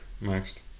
next